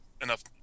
enough